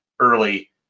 early